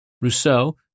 Rousseau